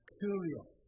curious